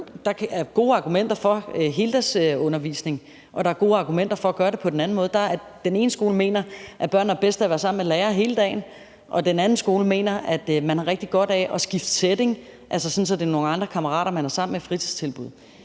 der er gode argumenter for heldagsundervisning, og der er gode argumenter for at gøre det på den anden måde; den ene skole mener, at børnene har bedst af at være sammen med lærere hele dagen, og den anden skole mener, at man har rigtig godt af at skifte setting, altså sådan at det er nogle andre kammerater, man er sammen med i fritidstilbuddet.